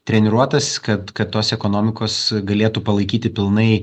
treniruotas kad kad tos ekonomikos galėtų palaikyti pilnai